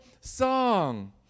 song